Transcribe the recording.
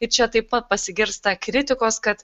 ir čia taip pat pasigirsta kritikos kad